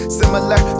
similar